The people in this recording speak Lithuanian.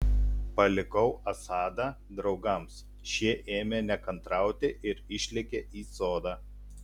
palikau asadą draugams šie ėmė nekantrauti ir išlėkė į sodą